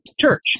church